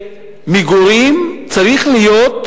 שמגורים, צריכה להיות זכות,